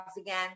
again